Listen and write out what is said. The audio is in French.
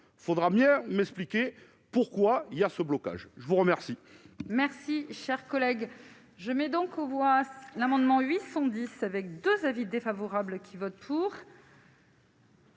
faudra bien m'expliquer pourquoi il y a ce blocage, je vous remercie.